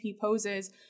poses